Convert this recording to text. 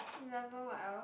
eleven what else